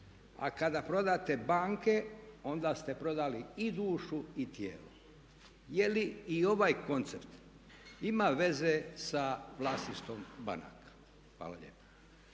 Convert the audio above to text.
a kada prodate banke onda ste prodali i dušu i tijelo.". Je li i ovaj koncept ima veze sa vlasništvom banaka? Hvala lijepa.